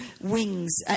wings